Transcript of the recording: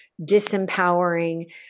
disempowering